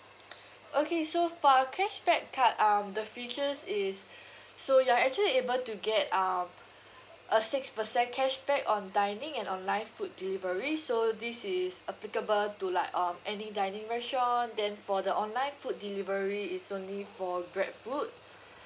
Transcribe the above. okay so for our cashback card um the features is so you are actually able to get um a six percent cashback on dining and online food delivery so this is applicable to like um any dining restaurant then for the online food delivery it's only for Grabfood